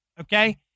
okay